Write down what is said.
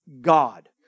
God